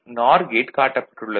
நார் கேட் காட்டப்பட்டுள்ளது